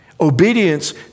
Obedience